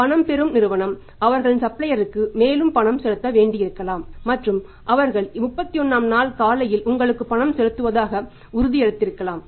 பணம் பெறும் நிறுவனம் அவர்களின் சப்ளையர்களுக்கு மேலும் பணம் செலுத்த வேண்டியிருக்கலாம் மற்றும் அவர்கள் 31 ஆம் நாள் காலையில் உங்களுக்கு பணம் செலுத்துவதாக உறுதியளித்திருக்கலாம்